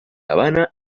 habana